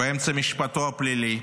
באמצע משפטו הפלילי,